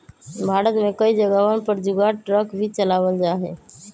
भारत में कई जगहवन पर जुगाड़ ट्रक भी चलावल जाहई